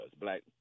black